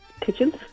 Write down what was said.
Kitchens